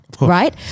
right